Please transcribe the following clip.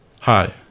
Hi